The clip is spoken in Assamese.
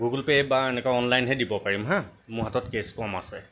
গুগল পে' বা এনেকৈ অনলাইনহে দিব পাৰিম হা মোৰ হাতত কেছ কম আছে